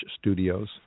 Studios